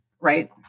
right